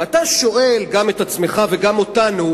ואתה שואל גם את עצמך, וגם אותנו,